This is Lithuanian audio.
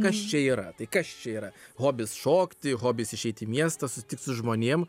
kas čia yra tai kas čia yra hobis šokti hobis išeit į miestą susitikt su žmonėm